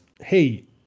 hey